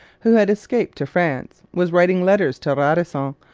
who had escaped to france, was writing letters to radisson,